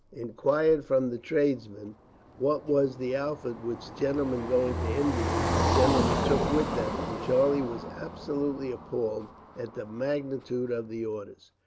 inquired from the tradesmen what was the outfit which gentlemen going to india generally took with them, and charlie was absolutely appalled at the magnitude of the orders.